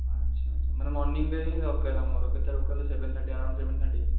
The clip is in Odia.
ଆଚ୍ଛା ଆଚ୍ଛା ମାନେ ମର୍ଣ୍ଣିଂରେ ହିଁ ଦରକାର ଆମର କେତେବେଳେ କହିଲେ seven thirty around seven thirty